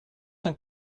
cinq